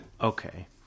okay